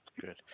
Good